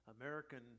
American